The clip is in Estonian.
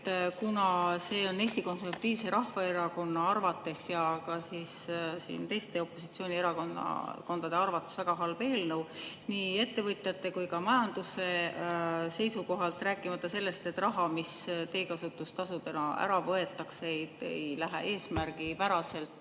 Kuna see on Eesti Konservatiivse Rahvaerakonna arvates ja ka teiste opositsioonierakondade arvates väga halb eelnõu nii ettevõtjate kui ka majanduse seisukohalt, rääkimata sellest, et raha, mis teekasutustasudena ära võetakse, ei lähe eesmärgipäraselt